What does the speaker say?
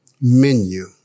menu